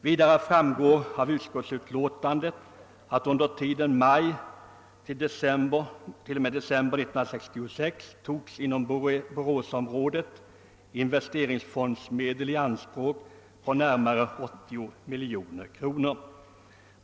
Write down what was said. Vidare framgår att investeringsfondsmedel på närmare 80 miljoner kronor under tiden maj=— december 1966 togs i anspråk inom detta område.